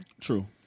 True